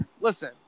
Listen